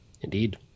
Indeed